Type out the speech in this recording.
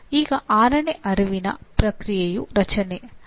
ಈಗ ಆರನೇ ಅರಿವಿನ ಪ್ರಕ್ರಿಯೆಯು "ರಚನೆ"